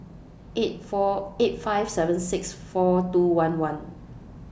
eight four eight five seven six four two one one